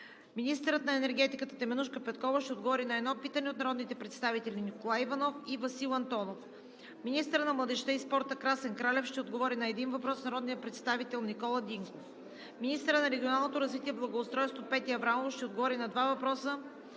Министърът на енергетиката Теменужка Петкова ще отговори на едно питане от народните представители Николай Иванов и Васил Антонов. 6. Министърът на младежта и спорта Красен Кралев ще отговори на един въпрос от народния представител Никола Динков. 7. Министърът на регионалното развитие и благоустройството Петя Аврамова ще отговори на два въпроса